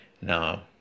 Now